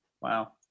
Wow